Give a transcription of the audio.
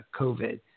COVID